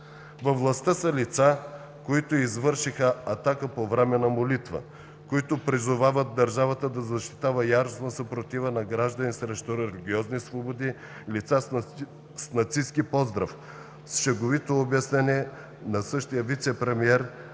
Във властта са лица, които извършиха атака по време на молитва; които призовават държавата да защитава яростно съпротивата на граждани срещу религиозни свободи; лица с нацистки поздрав, с шеговито обяснение на същия вицепремиер,